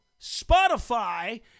Spotify